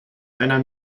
einer